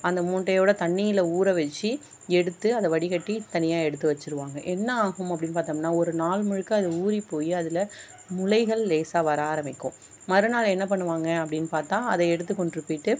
அந்த மூட்டையோட தண்ணியில் ஊற வெச்சு எடுத்து அதை வடிகட்டி தனியாக எடுத்து வெச்சுருவாங்க என்ன ஆகும் அப்டின்னு பாத்தோம்னா ஒரு நாள் முழுக்க அது ஊறிப் போய் அதில் முளைகள் லேசாக வர ஆரம்மிக்கும் மறுநாள் என்ன பண்ணுவாங்க அப்டின்னு பார்த்தா அதை எடுத்துக்கொண்டு போய்ட்டு